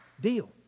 Deal